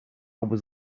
was